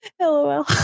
LOL